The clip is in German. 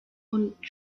und